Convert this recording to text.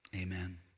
Amen